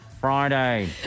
Friday